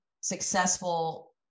successful